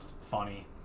funny